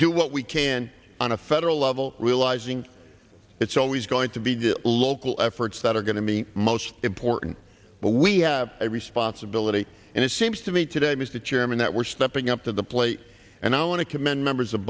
do what we can on a federal level realizing it's always going to be do local efforts that are going to me most important but we have a responsibility and it seems to me today mr chairman that we're stepping up to the plate and i want to commend members of